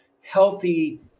healthy